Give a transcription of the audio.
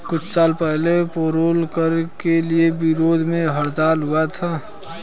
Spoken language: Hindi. कुछ साल पहले पेरोल कर के विरोध में हड़ताल हुआ था